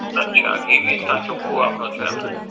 અચ્છા ઘી બી સાવ ચોખ્ખું વાપરો છો છે એમને